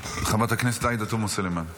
עאידה תומא סלימאן.